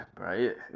right